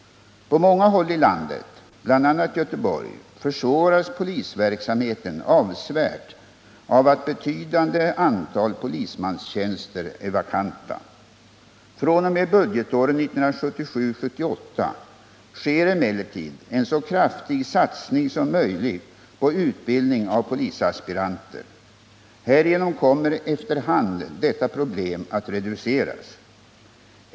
På många håll i landet, bl.a. Göteborg, försvåras polisverksamheten avsevärt av att ett betydande antal polismanstjänster är vakanta. fr.o.m. budgetåret 1977/78 sker emellertid en så kraftig satsning som möjligt på utbildning av polisaspiranter. Härigenom kommer efter hand detta problem att reduceras.